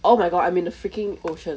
oh my god I'm in the freaking ocean